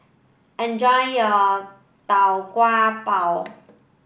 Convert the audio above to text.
enjoy your Tau Kwa Pau